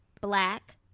black